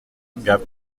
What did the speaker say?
gap